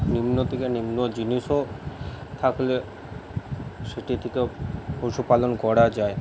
নিম্ন থেকে নিম্ন জিনিসও থাকলে সেটা থেকে পশুপালন করা যায়